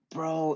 Bro